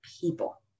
people